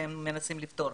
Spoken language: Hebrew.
והם מנסים לפתור,